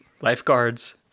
lifeguards